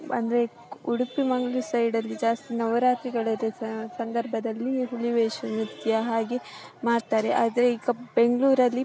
ಅಂದರೆ ಉಡುಪಿ ಮಂಗ್ಳೂರು ಸೈಡಲ್ಲಿ ಜಾಸ್ತಿ ನವರಾತ್ರಿಗಳ ದಿವಸ ಸಂದರ್ಭದಲ್ಲಿ ಹುಲಿವೇಷ ನೃತ್ಯ ಹಾಗೆ ಮಾಡ್ತಾರೆ ಆದರೆ ಈಗ ಬೆಂಗಳೂರಲ್ಲಿ